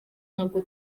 ntabwo